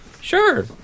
sure